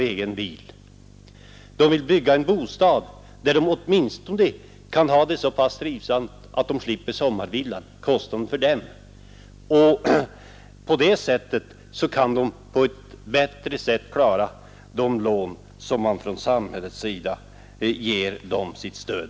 Därför vill de bygga en bostad, där de kan ha det så trivsamt att de åtminstone slipper kostnaderna för sommarvillan. På det sättet kan de bättre klara av de lån som samhället hjälper dem med.